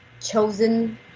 chosen